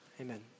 amen